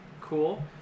cool